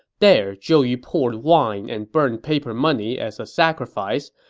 there, zhou yu poured wine and burned paper money as a sacrifice,